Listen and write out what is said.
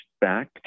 back